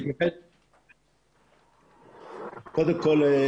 קודם כול,